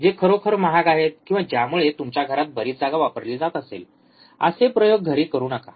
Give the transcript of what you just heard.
जे खरोखर महाग आहेत किंवा ज्यामुळे तुमच्या घरात बरीच जागा वापरली जात असेल असे प्रयोग घरी करू नका